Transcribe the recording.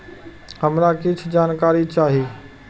हमरा कीछ जानकारी चाही